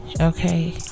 Okay